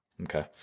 Okay